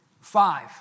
Five